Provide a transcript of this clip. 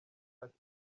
ati